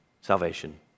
salvation